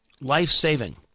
Life-saving